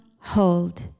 hold